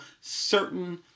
certain